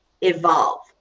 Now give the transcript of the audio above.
Evolve